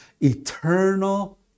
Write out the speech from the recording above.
eternal